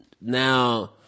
now